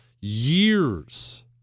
years